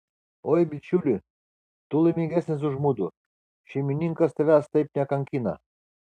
oi bičiuli tu laimingesnis už mudu šeimininkas tavęs taip nekankina